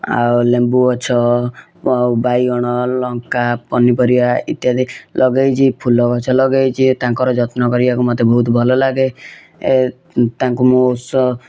ଆଉ ଲେମ୍ବୁ ଗଛ ଆଉ ବାଇଗଣ ଲଙ୍କା ପନିପରିବା ଇତ୍ୟାଦି ଲଗାଇଛି ଫୁଲ ଗଛ ଲଗାଇଛି ତାଙ୍କର ଯତ୍ନ କରିବାକୁ ମୋତେ ବହୁତ ଭଲଲାଗେ ଏ ତାଙ୍କୁ ମୁଁ